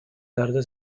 tarde